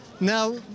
Now